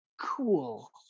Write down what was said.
Cool